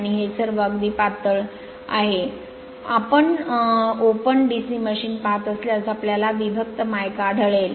आणि हे सर्व अगदी पातळ आहे आपण ओपन DC मशीन पहात असल्यास आपल्याला विभक्त मायका आढळेल